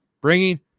bringing